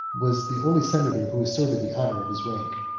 was the only senator who asserted the honor of his rank.